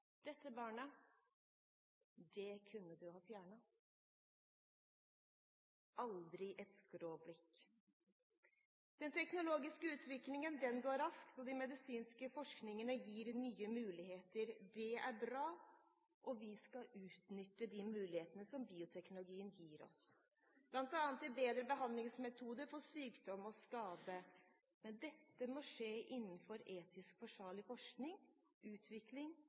dette barnet kunne du ha fjernet. Aldri et skråblikk. Den teknologiske utviklingen går raskt, og den medisinske forskningen gir nye muligheter. Det er bra, og vi skal utnytte de mulighetene som bioteknologien gir oss, bl.a. til bedre behandlingsmetoder for sykdom og skade. Dette må skje innenfor etisk forsvarlig forskning, utvikling